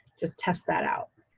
just test that out.